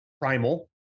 Primal